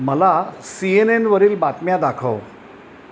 मला C N एनवरील बातम्या दाखव